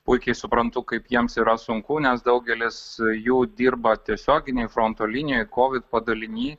puikiai suprantu kaip jiems yra sunku nes daugelis jų dirba tiesioginėj fronto linijoj covid padaliny